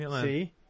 see